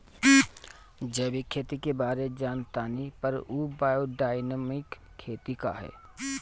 जैविक खेती के बारे जान तानी पर उ बायोडायनमिक खेती का ह?